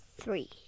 Three